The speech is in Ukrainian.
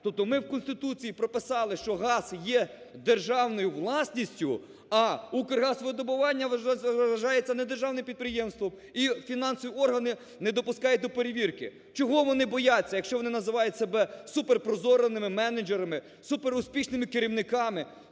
Тобто ми в Конституції прописали, що газ є державною власністю, а "Укргазвидобування" вважається не державним підприємством і фінансові органи не допускають до перевірки. Чого вони бояться, якщо вони називаються себе супер прозорими менеджерами, супер успішними керівниками?